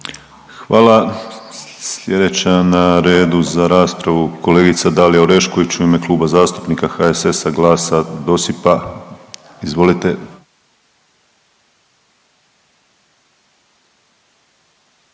Hvala. Slijedeća na redu za raspravu kolegica Dalija Orešković u ime Kluba zastupnika HSS-a, GLAS-a, DOSIP-a. Izvolite.